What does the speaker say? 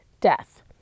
death